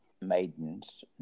maidens